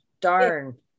darn